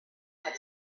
had